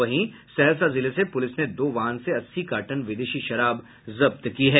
वहीं सहरसा जिले से पूलिस ने दो वाहन से अस्सी कार्टन विदेशी शराब जब्त की है